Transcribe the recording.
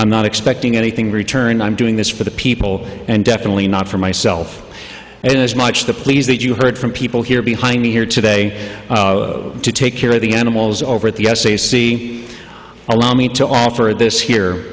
i'm not expecting anything return i'm doing this for the people and definitely not for myself and as much to please that you heard from people here behind me here today to take care of the animals over at the usa see allow me to offer this here